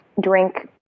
drink